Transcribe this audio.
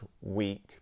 week